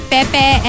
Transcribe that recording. Pepe